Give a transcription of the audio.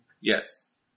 Yes